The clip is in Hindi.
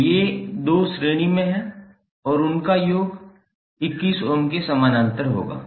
तो ये 2 श्रेणी में हैं और उनका योग 21 ओम के समानांतर होगा